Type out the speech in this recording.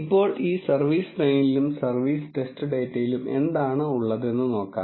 ഇപ്പോൾ ഈ സർവീസ് ട്രെയിനിലും സർവീസ് ടെസ്റ്റ് ഡാറ്റയിലും എന്താണ് ഉള്ളതെന്ന് നോക്കാം